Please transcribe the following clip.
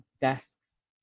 desks